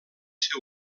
ser